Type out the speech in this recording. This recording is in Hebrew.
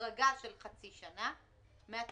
החרגה של חצי שנה מהתקופה,